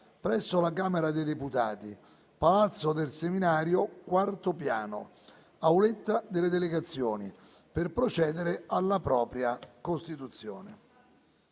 presso la Camera dei deputati, Palazzo del Seminario, quarto piano, Auletta delle delegazioni, per procedere alla propria costituzione.